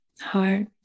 heart